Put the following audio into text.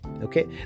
Okay